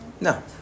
No